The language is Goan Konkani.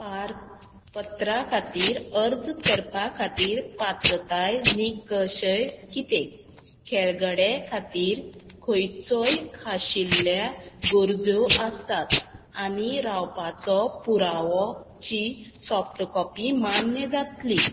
पारपत्रा खातीर अर्ज करपा खातीर पात्रताय निकशय कितें खेळगडे खातीर खंयचोय खाशिल्ल्या गरजो आसात आनी रावपाचो पुरावोची सॉफ्ट कॉपी मान्य जातली